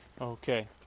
okay